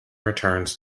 returns